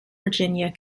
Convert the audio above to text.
virginia